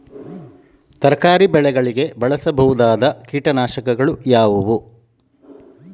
ತರಕಾರಿ ಬೆಳೆಗಳಿಗೆ ಬಳಸಬಹುದಾದ ಕೀಟನಾಶಕಗಳು ಯಾವುವು?